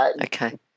Okay